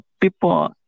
people